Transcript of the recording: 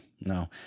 No